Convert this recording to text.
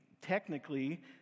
technically